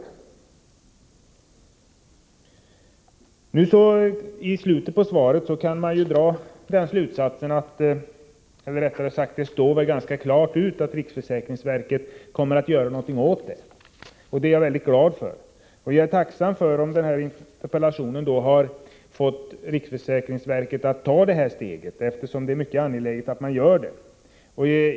I slutet av svaret står det ganska klart att riksförsäkringsverket kommer att göra något åt detta. Det är jag mycket glad för. Jag är tacksam om denna interpellation har fått riksförsäkringsverket att ta detta steg, eftersom det är mycket angeläget att man gör det.